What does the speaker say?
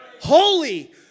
Holy